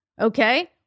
okay